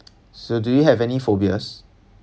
so do you have any phobias